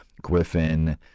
Griffin